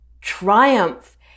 triumph